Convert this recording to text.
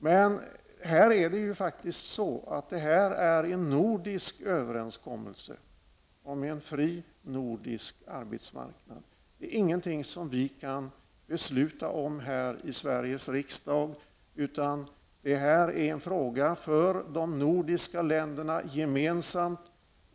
Men detta är en nordisk överenskommelse om en fri nordisk arbetsmarknad. Det är ingenting som vi kan besluta om här i Sveriges riksdag, utan det är en fråga för de nordiska länderna gemensamt.